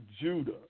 Judah